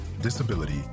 disability